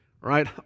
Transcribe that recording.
right